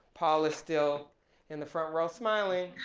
paul is still in the front row smiling